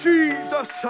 Jesus